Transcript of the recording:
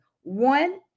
one